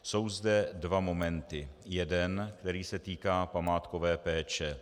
Jsou zde dva momenty jeden, který se týká památkové péče.